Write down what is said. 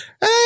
hey